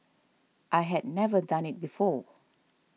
I had never done it before